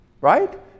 Right